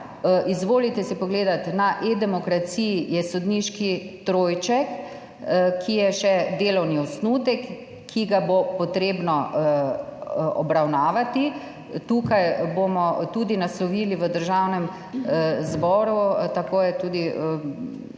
Izvolite si pogledati, na eDemokraciji je sodniški trojček, ki je še delovni osnutek, ki ga bo potrebno obravnavati. Tukaj bomo tudi naslovili v Državnem zboru, tako je tudi